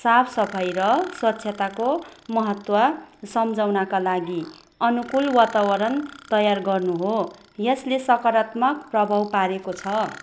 साफ सफाइ र स्वच्छताको महत्त्व सम्झाउनका लागि अनुकूल वातावरण तयार गर्नु हो यसले सकरात्मक प्रभाव पारेको छ